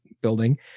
building